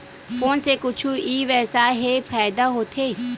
Phone से कुछु ई व्यवसाय हे फ़ायदा होथे?